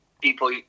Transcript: people